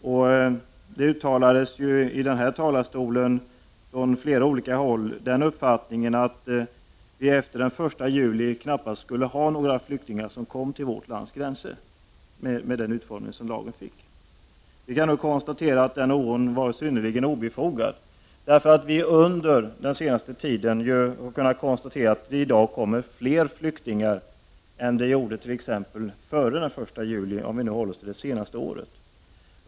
I kammarens talarstol uttalades från flera håll uppfattningen att det efter den 1 juli knappast skulle komma några flyktingar till vårt lands gränser, med den utformning som lagen fick. Vi kan nu konstatera att den oron var synnerligen obefogad. Det kommer nu fler flyktingar än det gjorde före den 1 juli, om vi nu håller oss till det senaste året.